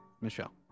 Michelle